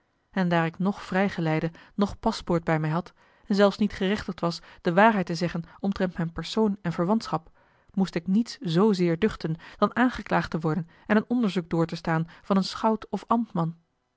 en daar ik noch vrijgeleide noch paspoort bij mij had en zelfs niet gerechtigd was de waarheid te zeggen omtrent mijn persoon en verwantschap moest ik niets zoozeer duchten dan aangeklaagd te worden en een onderzoek door te staan van een schout of ambtman